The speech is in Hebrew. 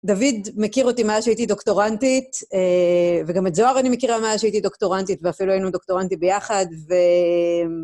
דוד מכיר אותי מאז שהייתי דוקטורנטית, וגם את זוהר אני מכירה מאז שהייתי דוקטורנטית, ואפילו היינו דוקטורנטים ביחד, ו..